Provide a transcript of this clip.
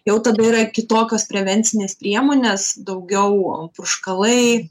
jau tada yra kitokios prevencinės priemonės daugiau purškalai